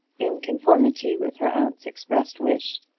in conformity with her aunt's express wish,